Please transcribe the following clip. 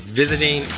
visiting